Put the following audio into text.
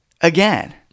Again